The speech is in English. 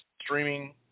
streaming